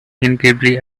incredibly